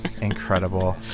Incredible